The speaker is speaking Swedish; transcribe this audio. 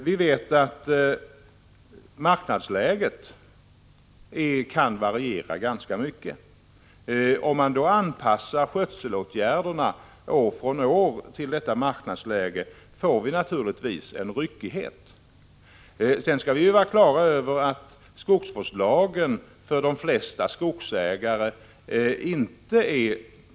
Vi vet att marknadsläget varierar ganska mycket, och om man år från år anpassar skötselåtgärderna till marknadsläget blir det naturligtvis ryckighet i skogsbruket.